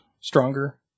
stronger